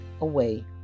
away